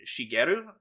shigeru